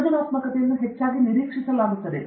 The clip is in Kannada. ಸೃಜನಾತ್ಮಕತೆಯನ್ನು ಹೆಚ್ಚಾಗಿ ನಿರ್ಲಕ್ಷಿಸಲಾಗುತ್ತದೆ